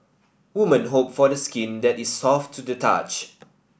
women hope for the skin that is soft to the touch